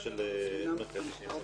חשוב להבין, ההבחנה הזו בין עד מרכזי לבין